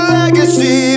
legacy